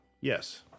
Yes